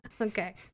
Okay